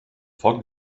foc